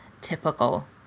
typical